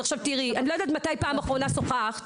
אני לא יודעת מתי בפעם האחרונה שוחחת